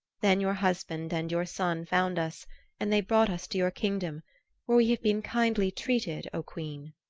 then your husband and your son found us and they brought us to your kingdom where we have been kindly treated, o queen.